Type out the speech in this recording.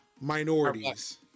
minorities